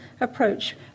approach